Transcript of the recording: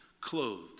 clothed